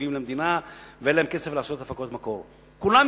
תמלוגים למדינה ואין להן כסף לעשות הפקות מקור.